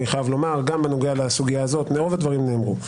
גם בנוגע לסוגייה הזאת, רוב הדברים נאמרו.